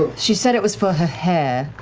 she said it was for her hair.